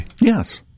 Yes